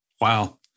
Wow